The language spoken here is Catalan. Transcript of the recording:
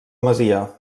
masia